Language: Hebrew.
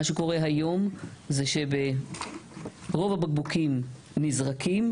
מה שקורה היום זה שברוב הבקבוקים נזרקים,